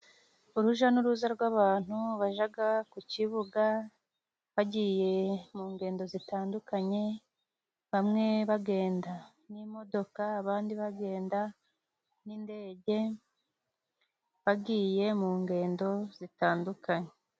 Uruja n'uruza rw'abantu bajaga ku kibuga, bagiye mungendo zitandukanye bamwe bagenda n'imodoka abandi bagenda n'indege, bagiye mungendo zitandukanye.